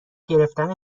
گرفتن